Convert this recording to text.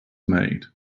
made